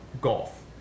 golf